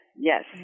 yes